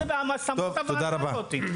תודה רבה.